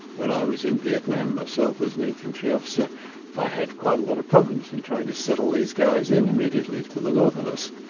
when i was in vietnam myself as an infantry officer, i had quite a lot of problems with trying to settle these guys in immediately to the north of us.